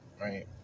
Right